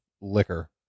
liquor